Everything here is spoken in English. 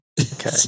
Okay